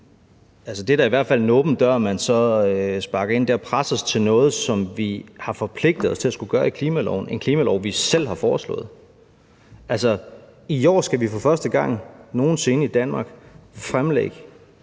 Det er da i hvert fald en åben dør, man så sparker ind; det er at presse os til noget, som vi har forpligtet os til at skulle gøre i klimaloven – en klimalov, vi selv har foreslået. I år skal vi for første gang nogen sinde i Danmark fremlægge